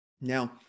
Now